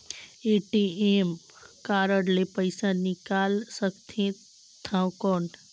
ATM card ले पइसा निकाल सकथे थव कौन?